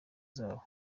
zabo